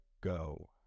go